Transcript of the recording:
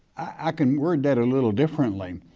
i can word that a little differently.